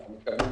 אנחנו מתכוונים